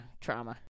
trauma